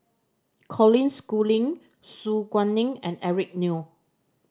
Colin Schooling Su Guaning and Eric Neo